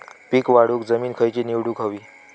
पीक वाढवूक जमीन खैची निवडुक हवी?